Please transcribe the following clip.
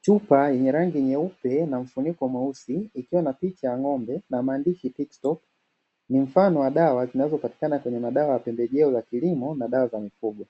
Chupa yenye rangi nyeupe na mfuniko mweusi na picha ya ng’ombe na maandishi (Tick stop), ni mfano wa dawa zinazopatikana kwenye maduka ya pembejeo za kilimo na dawa za mifugo.